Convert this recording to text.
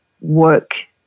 work